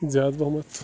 زیادٕ پَہمَتھ